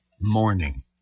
morning